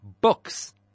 books